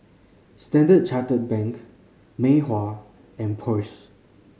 Standard Chartered Bank Mei Hua and Porsche